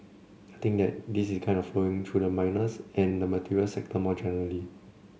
I think that this is kind of flowing through to the miners and the materials sector more generally